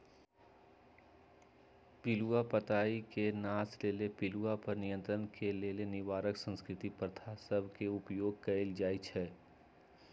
पिलूआ पताई के नाश लेल पिलुआ पर नियंत्रण के लेल निवारक सांस्कृतिक प्रथा सभ के उपयोग कएल जाइ छइ